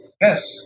yes